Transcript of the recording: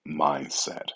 mindset